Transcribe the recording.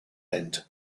end